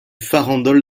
farandole